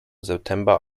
september